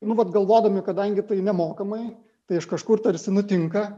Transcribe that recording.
nu vat galvodami kadangi tai nemokamai tai iš kažkur tarsi nutinka